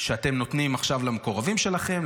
שאתם נותנים עכשיו למקורבים שלכם,